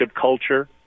culture